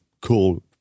cool